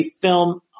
film